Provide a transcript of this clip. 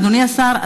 אדוני השר,